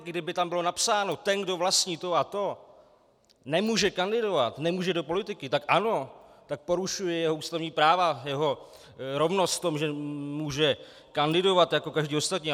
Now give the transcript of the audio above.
Kdyby tam bylo napsáno: ten, kdo vlastní to a to, nemůže kandidovat, nemůže do politiky, tak ano, tak porušuje jeho ústavní práva, jeho rovnost v tom, že může kandidovat jako každý ostatní.